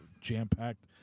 jam-packed